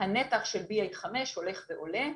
הנתח של BA.5 הולך ועולה.